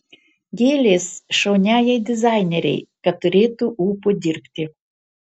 gėlės šauniajai dizainerei kad turėtų ūpo dirbti